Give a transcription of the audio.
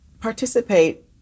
participate